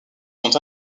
sont